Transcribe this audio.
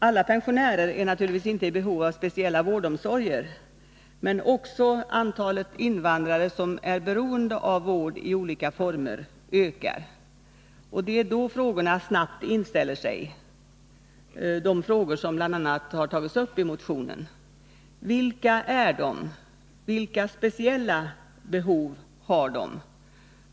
Alla pensionärer är naturligtvis inte i behov av speciella vårdomsorger, men också antalet invandrare som är beroende av vård i olika former ökar. Och det är därför frågorna snabbt inställer sig, de frågor som bl.a. tagits upp i motionen: Vilka är dessa invandrare? Vilka speciella behov har de?